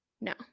no